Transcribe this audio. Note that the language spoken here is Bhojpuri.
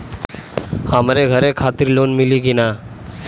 हमरे घर खातिर लोन मिली की ना?